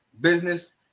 business